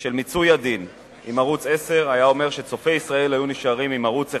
של מיצוי הדין עם ערוץ-10 היתה שצופי ישראל היו נשארים עם ערוץ אחד,